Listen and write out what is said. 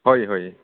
হয় হয়